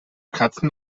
katzen